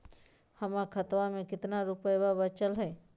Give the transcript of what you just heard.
हमर खतवा मे कितना रूपयवा बचल हई?